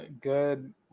Good